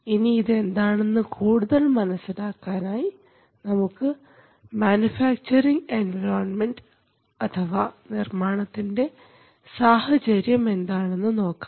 ഇനി ഇതെന്താണെന്ന് കൂടുതൽ മനസ്സിലാക്കാനായി നമുക്ക് മാനുഫാക്ചറിങ് എൻവിറോൺമെൻറ് അഥവാ നിർമ്മാണത്തിൻറെ സാഹചര്യം എന്താണെന്നു നോക്കാം